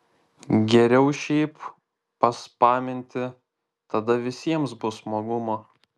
geriau šiaip paspaminti tada visiems bus smagumo